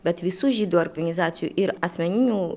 bet visų žydų organizacijų ir asmeninių